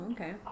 Okay